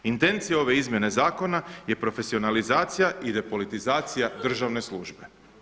Intencije ove izmjene zakona je profesionalizacija i depolitizacija državne službe.